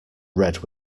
red